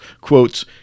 quotes